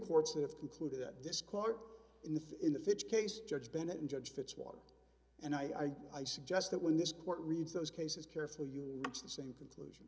courts have concluded that this clarke in the in the fitch case judge bennett and judge fitzwater and i i suggest that when this court reads those cases careful you it's the same conclusion